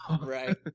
Right